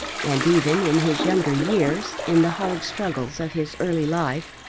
and even in his younger years, in the hard struggles of his early life,